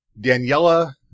Daniela